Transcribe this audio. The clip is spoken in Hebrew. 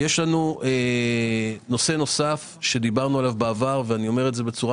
יש נושא נוסף שדיברנו עליו בעבר ואני אומר את זה בצורה